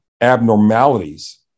abnormalities